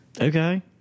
Okay